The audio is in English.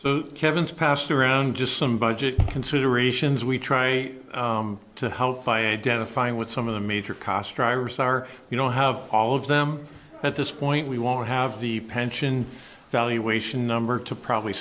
so kevin's passed around just some budget considerations we try to help by identifying what some of the major cost drivers are you don't have all of them at this point we won't have the pension valuation number to probably